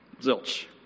Zilch